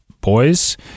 Boys